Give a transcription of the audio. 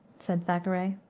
said thackeray.